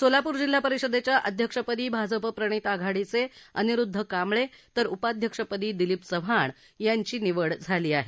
सोलापूर जिल्हा परिषदेच्या अध्यक्षपदी भाजप प्रणित आघाडीचे अनिरुध्द कांबळे तर उपाध्यक्षपदी दिलीप चव्हाण यांची निवड झाली आहे